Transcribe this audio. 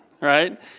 right